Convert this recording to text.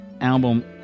album